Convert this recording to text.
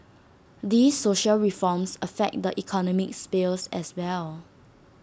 these social reforms affect the economic sphere as well